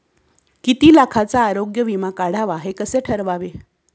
किती लाखाचा आरोग्य विमा काढावा हे कसे ठरवावे?